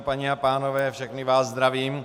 Paní a pánové, všechny vás zdravím.